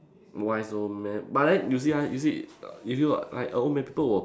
wise old man but then you see ah you see err if you uh like a old man people will